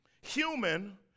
human